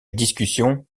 discussion